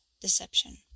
deception